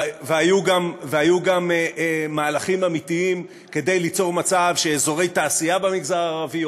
והיו גם מהלכים אמיתיים כדי ליצור מצב שאזורי תעשייה במגזר הערבי,